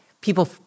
people